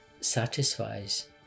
satisfies